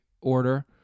order